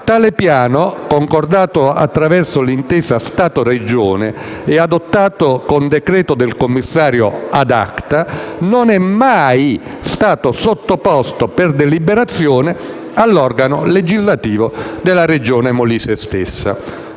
Tale piano, concordato attraverso l'intesa Stato-Regione e adottato con decreto del commissario *ad acta*, non è mai stato sottoposto per deliberazione all'organo legislativo della Regione Molise stessa.